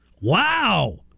Wow